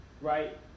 Right